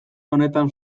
honetan